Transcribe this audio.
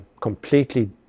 completely